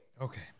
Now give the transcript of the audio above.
okay